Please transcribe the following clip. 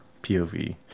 POV